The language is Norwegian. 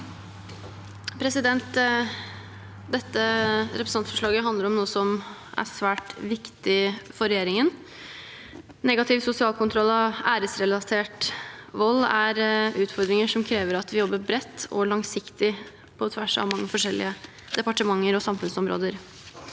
Dette represen- tantforslaget handler om noe som er svært viktig for regjeringen. Negativ sosial kontroll og æresrelatert vold er utfordringer som krever at vi jobber bredt og langsiktig på tvers av mange forskjellige departementer og samfunnsområder.